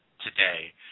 today